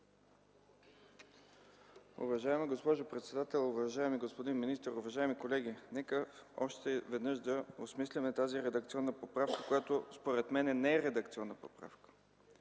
Уважаема госпожо председател, уважаеми господин министър, уважаеми колеги! Нека още веднъж да осмислим тази редакционна поправка, която според мен не е редакционна, тя е поправка